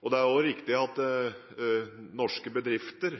Det er også riktig at norske bedrifter